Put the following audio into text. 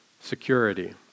security